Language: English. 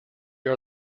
are